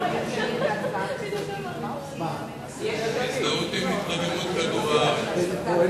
התש"ע 2010. בהצעת החוק המתפרסמת בזה מוצע לעגן